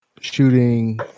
Shooting